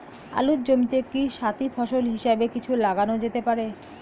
আলুর জমিতে কি সাথি ফসল হিসাবে কিছু লাগানো যেতে পারে?